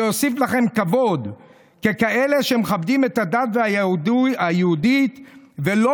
זה יוסיף לכם כבוד ככאלה שמכבדים את הדת היהודית ולא